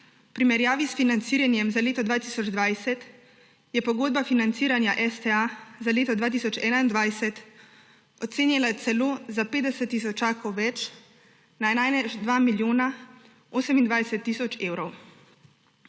primerjavi s financiranjem za leto 2020 je pogodba financiranja STA za leto 2021 ocenjena celo za 50 tisočakov več, na največ 2 milijona 28 tisoč evrov.